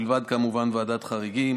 מלבד כמובן ועדת חריגים.